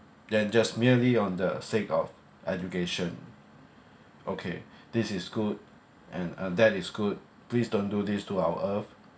then just merely on the sake of education okay this is good and uh that is good please don't do this to our earth